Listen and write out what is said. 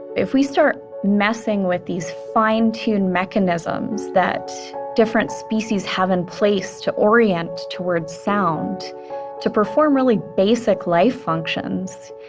if we start messing with these fine-tune mechanisms that different species have in place to orient towards sound to perform really basic life functions,